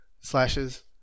slashes